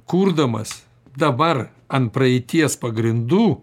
kurdamas dabar ant praeities pagrindų